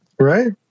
Right